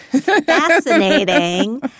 fascinating